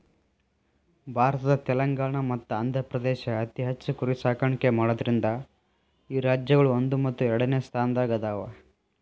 ಭಾರತದ ತೆಲಂಗಾಣ ಮತ್ತ ಆಂಧ್ರಪ್ರದೇಶ ಅತಿ ಹೆಚ್ಚ್ ಕುರಿ ಸಾಕಾಣಿಕೆ ಮಾಡೋದ್ರಿಂದ ಈ ರಾಜ್ಯಗಳು ಒಂದು ಮತ್ತು ಎರಡನೆ ಸ್ಥಾನದಾಗ ಅದಾವ